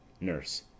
Nurse